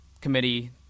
committee